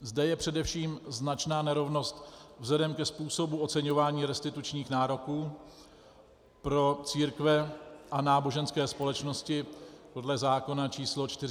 Zde je především značná nerovnost vzhledem ke způsobu oceňování restitučních nároků pro církve a náboženské společnosti podle zákona č. 428/2012 Sb.